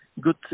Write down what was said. good